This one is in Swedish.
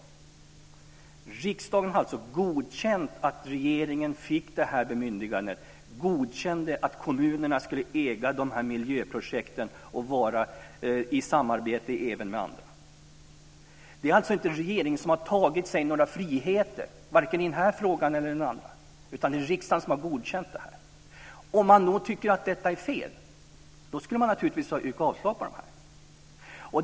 Riksdagen har alltså godkänt att regeringen fick det här bemyndigandet. Riksdagen godkände att kommunerna skulle äga de här miljöprojekten och ha samarbete med andra. Det är alltså inte regeringen som har tagit sig några friheter, varken i den här frågan eller i någon annan, utan det är riksdagen som har godkänt detta. Om man tycker att detta är fel skulle man naturligtvis ha yrkat avslag på det.